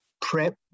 PrEP